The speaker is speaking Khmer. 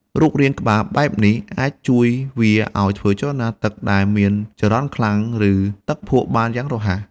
រូបរាងក្បាលបែបនេះអាចជួយវាឲ្យធ្វើចលនាក្នុងទឹកដែលមានចរន្តខ្លាំង ឬទឹកភក់បានយ៉ាងរហ័ស។